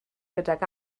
gydag